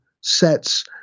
sets